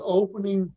opening